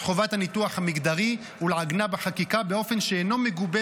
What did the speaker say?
חובת הניתוח המגדרי ולעגנה בחקיקה באופן שאינו מגובה